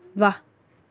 वा